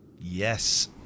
Yes